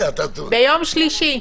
ביום שלישי.